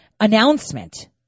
announcement